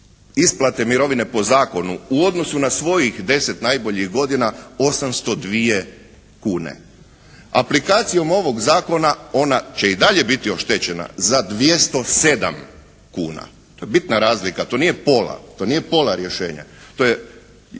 isplate mirovine po zakonu u odnosu na svojih deset najboljih godina 802 kune. Aplikacijom ovog Zakona ona će i dalje biti oštećena za 207 kuna. To je bitna razlika. To nije pola rješenja, to je